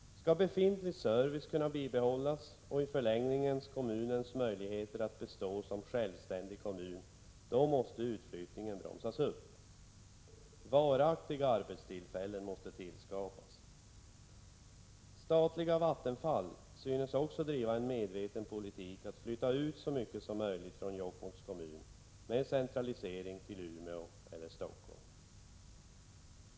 Skall befintlig service kunna bibehållas, och i förlängningen kommunens möjligheter att bestå som självständig kommun, måste utflyttningen bromsas upp. Varaktiga arbetstillfällen måste tillskapas. Statliga Vattenfall synes också driva en medveten politik att flytta ut så mycket av sin verksamhet som möjligt från Jokkmokks kommun, med centralisering till Umeå eller Stockholm.